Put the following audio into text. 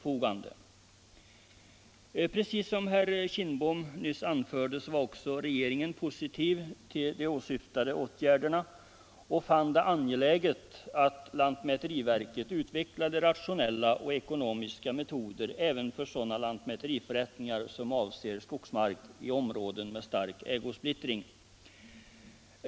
Precis som herr Kindbom nyss anförde var också regeringen positiv till de åsyftade åtgärderna och fann det angeläget att lantmäteriverket utvecklade rationella och ekonomiska metoder även för sådana lantmäteriförrättningar som avser skogsmark i områden med stark ägosplittring.